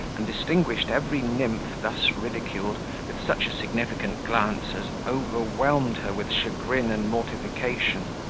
and distinguished every nymph thus ridiculed with such a significant glance as overwhelmed her with chagrin and mortification.